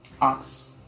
Ox